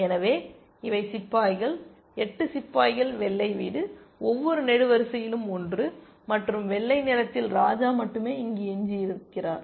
எனவே இவை சிப்பாய்கள் 8 சிப்பாய்கள் வெள்ளை வீடு ஒவ்வொரு நெடுவரிசையிலும் ஒன்று மற்றும் வெள்ளை நிறத்தில் ராஜா மட்டுமே இங்கு எஞ்சியிருக்கிறார்